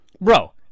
Bro